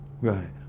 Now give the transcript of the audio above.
right